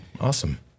awesome